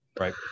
Right